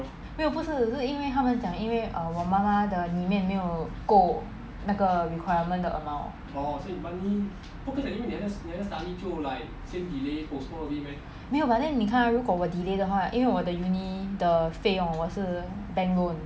没有不是是因为他们讲因为 err 我妈妈的里面没有够那个 requirement 的 amount 没有 but then 你看 ah 如果我 delay 的话因为我的 uni 的费用我是 bank loan